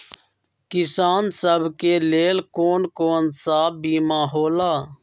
किसान सब के लेल कौन कौन सा बीमा होला?